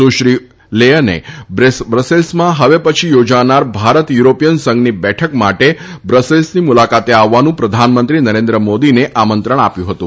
સુશ્રી લેચેને બ્રેસેલ્સમાં હવે પછી યોજાનાર ભારત યુરોપીયન સંઘની બેઠક માટે બ્રસેલ્સની મુલાકાતે આવવાનું પ્રધાનમંત્રી નરેન્દ્ર મોદીને આમંત્રણ આપ્યુ હતું